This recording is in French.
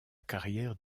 carrière